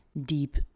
deep